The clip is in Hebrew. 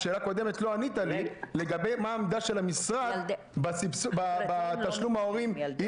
שאלה קודמת לא ענית לי לגבי מה העמדה של המשרד בתשלום ההורים אם